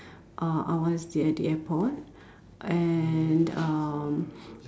uh I was the at the airport and um